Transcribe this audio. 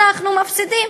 אנחנו מפסידים